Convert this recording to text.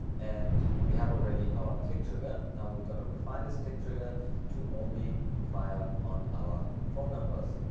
and we have already our click trigger. now we're going to refine this click trigger to only fire on our phone numbers.